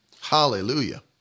Hallelujah